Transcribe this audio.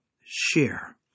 share